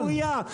זו שערורייה.